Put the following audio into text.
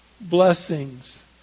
blessings